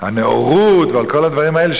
הדמוקרטיה ועל הנאורות ועל כל הדברים האלה,